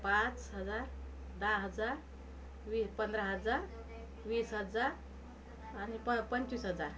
पाच हजार दहा हजार वी पंधरा हजार वीस हजार आणि प पंचवीस हजार